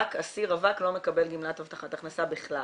אסיר רווק לא מקבל גמלת הבטחת הכנסה בכלל.